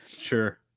Sure